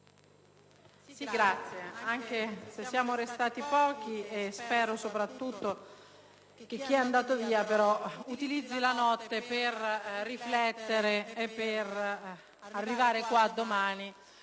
Presidente, anche se siamo restati in pochi, spero soprattutto che chi è andato via utilizzi la notte per riflettere e arrivare qua domani